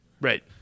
Right